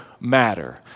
matter